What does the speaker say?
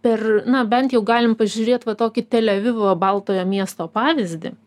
per na bent jau galim pažiūrėt va tokį tel avivo baltojo miesto pavyzdį